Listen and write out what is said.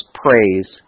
praise